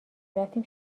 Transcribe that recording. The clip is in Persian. رفتیم